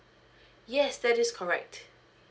yes that is correct